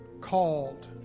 called